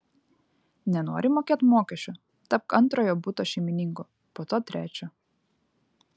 nenori mokėt mokesčių tapk antrojo buto šeimininku po to trečio